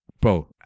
Bro